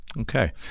Okay